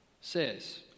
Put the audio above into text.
says